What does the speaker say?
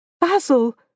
Basil